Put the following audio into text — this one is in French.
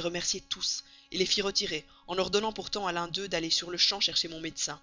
remerciai tous les fis retirer en ordonnant pourtant à l'un d'eux d'aller sur-le-champ chercher mon médecin